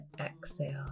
exhale